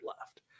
left